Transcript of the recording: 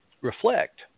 reflect